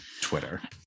Twitter